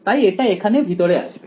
তাই এটা এখানে ভিতরে আসবে